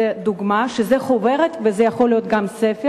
זו דוגמה לחוברת, וזה יכול להיות גם ספר,